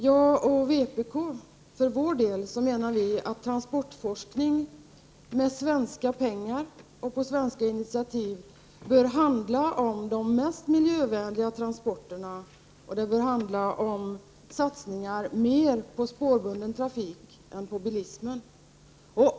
Jag, och vpk, menar att transportforskning med svenska pengar och på svenskt initiativ bör handla om de mest miljövänliga transporterna; det bör mer handla om satsningar på spårbunden trafik än på bilismen.